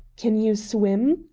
can you swim?